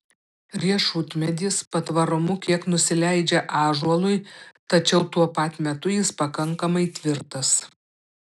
riešutmedis patvarumu kiek nusileidžia ąžuolui tačiau tuo pat metu jis pakankamai tvirtas